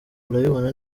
urabibona